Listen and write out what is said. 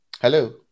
hello